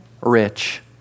rich